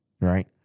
right